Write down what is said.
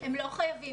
הם לא חייבים.